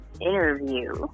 interview